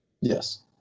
Yes